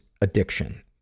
addiction